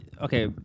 okay